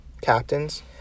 captains